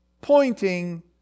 pointing